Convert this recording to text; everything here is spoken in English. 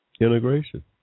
integration